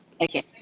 Okay